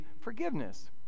forgiveness